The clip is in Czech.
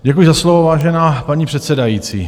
Děkuji za slovo, vážená paní předsedající.